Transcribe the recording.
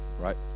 right